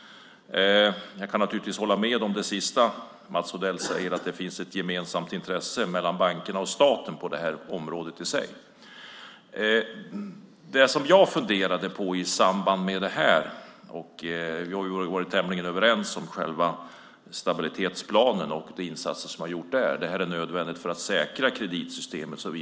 Jag kan naturligtvis hålla med om det sista Mats Odell säger, att det finns ett gemensamt intresse mellan bankerna och staten på det här området. Vi har också varit tämligen överens om själva stabilitetsplanen och de insatser som gjorts i samband med den. Detta är nödvändigt för att säkra kreditsystemet.